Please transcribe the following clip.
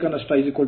02 ಇದು 74